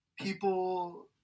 people